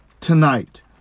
tonight